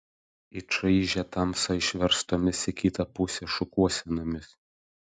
į čaižią tamsą išverstomis į kitą pusę šukuosenomis